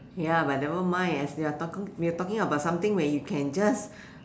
ya but nevermind as we are talking we are talking about something where you can just